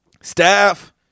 staff